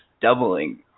doubling